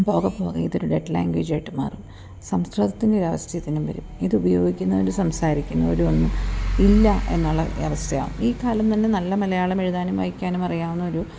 പോക പോക ഇതൊരു ഡെഡ് ലാംഗ്വേജായിട്ട് മാറും സംസ്കൃതത്തിൻ്റെ ആ ഒരു സ്ഥിതി ഇതിനും വരും ഇത് ഉപയോഗിക്കുന്നവൻ്റെ സംസാരിക്കുന്നവരൊന്നും ഇല്ല എന്നുള്ള വ്യവസ്ഥയാവും ഈ കാലം തന്നെ നല്ല മലയാളം എഴുതാനും വായിക്കാനും അറിയാവുന്ന ഒരു